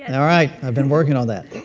and all right. i've been working on that,